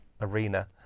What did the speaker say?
arena